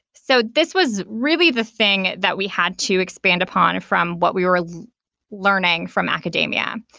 so this was really the thing that we had to expand upon from what we were learning from academia.